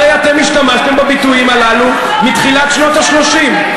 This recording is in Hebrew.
הרי אתם השתמשתם בביטויים הללו מתחילת שנות ה-30.